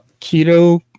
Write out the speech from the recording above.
keto